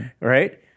Right